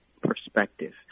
perspective